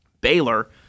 Baylor